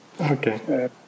Okay